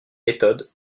méthode